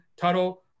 Tuttle